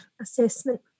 assessment